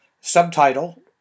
subtitle